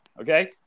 okay